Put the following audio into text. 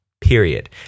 period